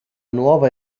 nuova